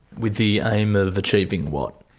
with the aim of achieving what?